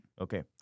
Okay